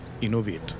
innovate